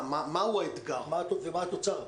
מהו האתגר ומה התוצר?